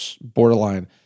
borderline